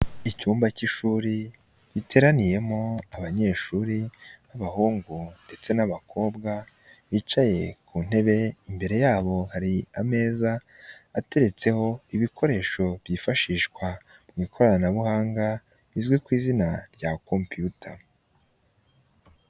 Icyumba cy'ishuri giteraniyemo abanyeshuri b'abahungu ndetse n'abakobwa bicaye ku ntebe, imbere yabo hari ameza ateretseho ibikoresho byifashishwa mu ikoranabuhanga bizwi ku izina rya komputa.